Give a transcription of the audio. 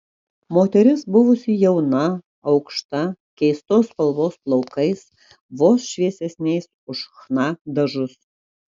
moteris buvusi jauna aukšta keistos spalvos plaukais vos šviesesniais už chna dažus